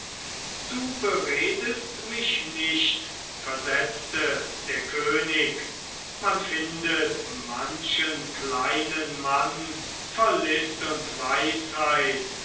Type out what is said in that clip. du beredest mich nicht versetzte der könig man findet manchen kleinen mann voll list und weisheit